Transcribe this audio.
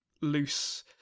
loose